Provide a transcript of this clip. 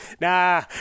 nah